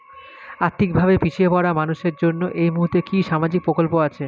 আর্থিক ভাবে পিছিয়ে পড়া মানুষের জন্য এই মুহূর্তে কি কি সামাজিক প্রকল্প আছে?